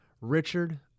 Richard